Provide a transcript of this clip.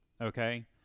Okay